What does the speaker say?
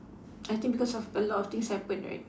I think because of a lot of things happen right